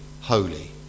holy